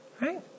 right